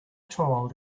child